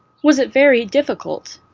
was it very difficult?